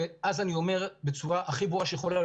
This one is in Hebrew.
ואז אני אומר בצורה הכי ברורה,